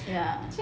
ya